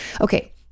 Okay